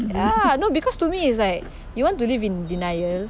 ya no because to me is like you want to live in denial